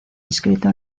inscrito